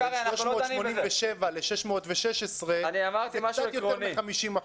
מ-387 ל-616 זה קצת יותר מ-50%,